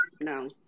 no